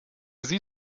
sie